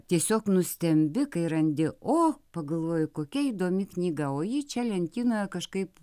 tiesiog nustembi kai randi o pagalvoji kokia įdomi knyga o ji čia lentynoje kažkaip